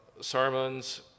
sermons